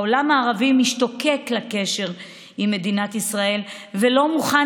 העולם הערבי משתוקק לקשר עם מדינת ישראל ולא מוכן